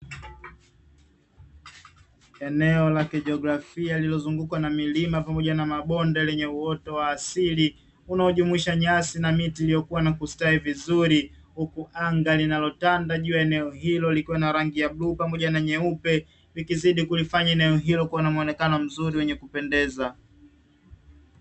Eneo la kijiografia lililozungukwa na milima pamoja na mabonde lenye uoto wa asili unaojumuisha nyasi na miti iliyokua na kustawi vizuri, huku anga linalotanda juu ya eneo hilo likiwa na rangi ya bluu pamoja na nyeupe likizidi kulifanya eneo hilo kuwa na mwonekano mzuri wenye kupendeza.